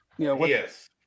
Yes